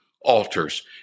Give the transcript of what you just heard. altars